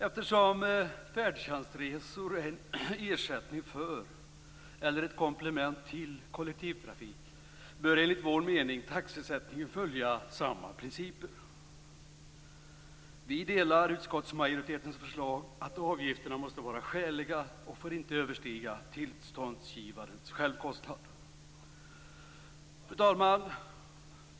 Eftersom färdtjänstresor är en ersättning för eller ett komplement till kollektivtrafik bör enligt vår mening taxesättningen följa samma principer. Vi delar utskottsmajoritetens förslag att avgifterna måste vara skäliga och inte får överstiga tillståndsgivarens självkostnad. Fru talman!